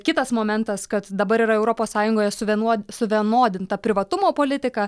kitas momentas kad dabar yra europos sąjungoje suvienuo suvienodinta privatumo politika